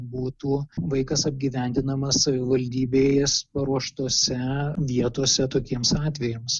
būtų vaikas apgyvendinamas savivaldybės paruoštose vietose tokiems atvejams